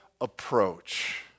approach